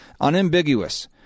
unambiguous